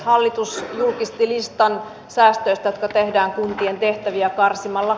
hallitus julkisti listan säästöistä jotka tehdään kuntien tehtäviä karsimalla